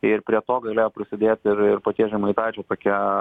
ir prie to galėjo prisidėt ir ir paties žemaitaičio tokie